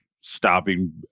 stopping